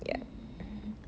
mm